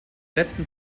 letzten